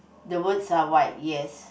the words are white yes